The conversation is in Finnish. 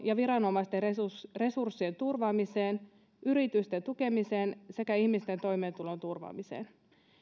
ja viranomaisten resurssien resurssien turvaamiseen yritysten tukemiseen sekä ihmisten toimeentulon turvaamiseen ensimmäisessä